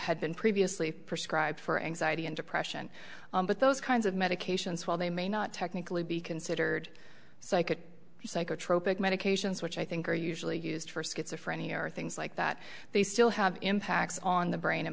had been previously prescribed for anxiety and depression but those kinds of medications while they may not technically be considered so i could psychotropic medications which i think are usually used for schizophrenia or things like that they still have impacts on the brain and